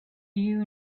you